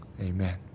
amen